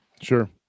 sure